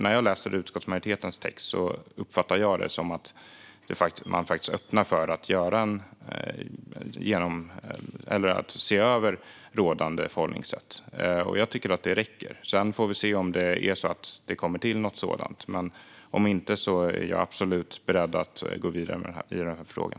När jag läser utskottsmajoritetens text uppfattar jag det som att man faktiskt öppnar för att se över rådande förhållningssätt. Jag tycker att det räcker. Sedan får vi se om det kommer till något sådant - om inte är jag absolut beredd att gå vidare i den här frågan.